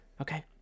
Okay